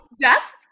death